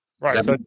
Right